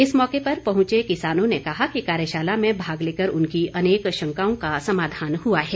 इस मौके पर पहुंचे किसानों ने कहा कि कार्यशाला में भाग लेकर उनकी अनेक शंकाओं का समाधान हुआ है